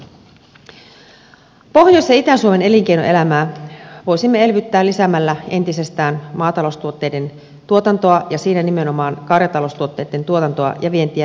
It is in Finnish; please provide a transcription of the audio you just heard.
pohjois ja itä suomen elinkeinoelämää voisimme elvyttää lisäämällä entisestään maataloustuotteiden tuotantoa ja siinä nimenomaan karjataloustuotteitten tuotantoa ja vientiä venäjälle